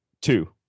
Two